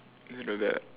not bad lah